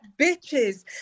bitches